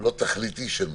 לא תכליתי של משהו,